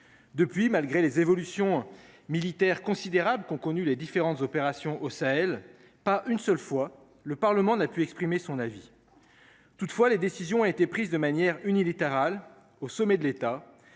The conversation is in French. Depuis, malgré les évolutions militaire considérable qu'ont connu les différentes opérations au Sahel. Pas une seule fois le Parlement n'a pu exprimer son avis. Toutefois, les décisions ont été prises de manière unilatérale au sommet de l'État